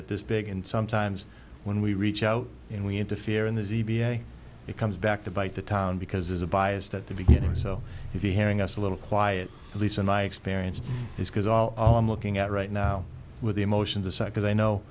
it this big and sometimes when we reach out and we interfere in the it comes back to bite the town because there's a biased at the beginning so if you're hearing us a little quiet at least in my experience it's because all i'm looking at right now with the emotions aside because i know